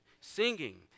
Singing